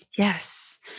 Yes